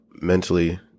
mentally